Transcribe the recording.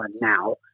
now